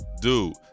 Dude